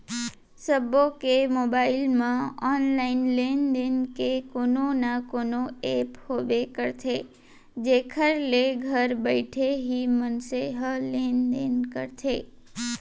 सबो के मोबाइल म ऑनलाइन लेन देन के कोनो न कोनो ऐप होबे करथे जेखर ले घर बइठे ही मनसे ह लेन देन करथे